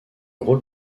rôle